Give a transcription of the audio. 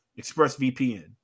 ExpressVPN